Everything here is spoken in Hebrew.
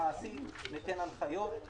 ניתן הנחיות.